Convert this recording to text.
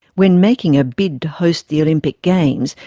when making a bid to host the olympic games,